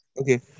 Okay